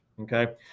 Okay